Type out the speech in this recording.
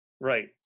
Right